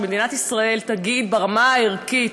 ומדינת ישראל תגיד ברמה הערכית: